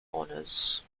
honors